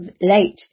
late